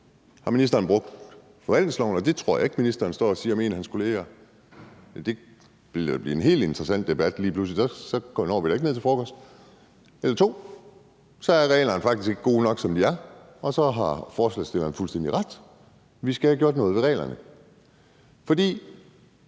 har ministeren brudt forvaltningsloven, og det tror jeg ikke, ministeren står og siger om en af sine kolleger. Det ville da blive en helt interessant debat lige pludselig, så når vi da ikke ned til frokost. Ellers er reglerne faktisk ikke gode nok, som de er, og så har forslagsstillerne fuldstændig ret i, at vi skal have gjort noget ved reglerne. For